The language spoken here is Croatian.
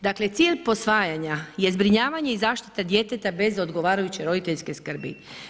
Dakle cilj posvajanja je zbrinjavanje i zaštita djeteta bez odgovarajuće roditeljske skrbi.